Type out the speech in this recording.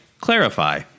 Clarify